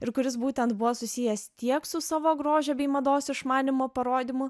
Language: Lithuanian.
ir kuris būtent buvo susijęs tiek su savo grožio bei mados išmanymo parodymu